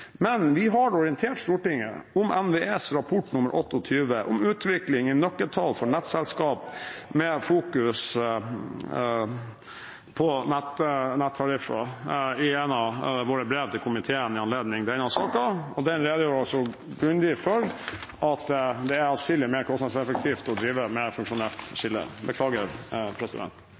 Men vi har orientert Stortinget om NVEs rapport 28/2015 om utvikling i nøkkeltall for nettselskap med fokus på nettariffer i et av våre brev til komiteen i anledning denne saken, og den redegjør altså grundig for at det er adskillig mer kostnadseffektivt å drive med funksjonelt skille.